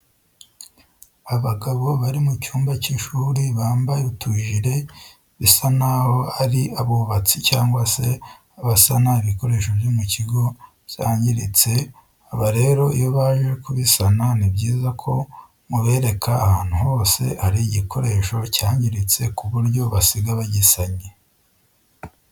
Abagabo bari mu cyumba cy'ishuri bambaye utujire bisa naho ari abubatsi cyangwa se abasana ibikoresho byo mu kigo byangiritse, aba rero iyo baje kubisana ni byiza ko mubereka ahantu hose hari igikoresho cyangiritse ku buryo basiga bagisannye.